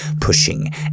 pushing